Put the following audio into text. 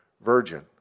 virgin